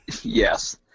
Yes